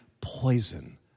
poison